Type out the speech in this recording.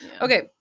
Okay